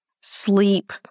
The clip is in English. sleep